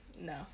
No